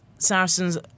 Saracens